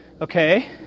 okay